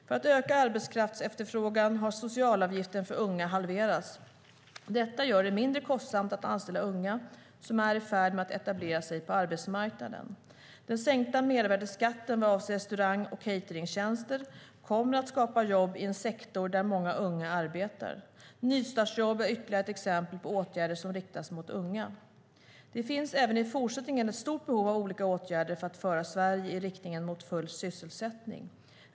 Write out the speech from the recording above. För att öka arbetskraftsefterfrågan har socialavgiften för unga halverats. Detta gör det mindre kostsamt att anställa unga som är i färd med att etablera sig på arbetsmarknaden. Den sänkta mervärdesskatten vad avser restaurang och cateringtjänster kommer att skapa jobb i en sektor där många unga arbetar. Nystartsjobb är ytterligare ett exempel på åtgärder som riktas mot unga. Det finns även i fortsättningen ett stort behov av olika åtgärder för att föra Sverige i riktning mot full sysselsättning.